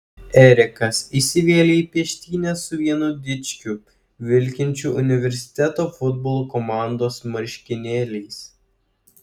erikas įsivėlė į peštynes su vienu dičkiu vilkinčiu universiteto futbolo komandos marškinėliais